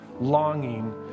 longing